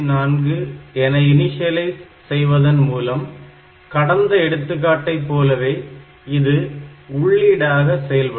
4 என இனிஷியலைஸ் செய்வதன்மூலம் கடந்த எடுத்துக்காட்டை போலவே இது உள்ளீடாக செயல்படும்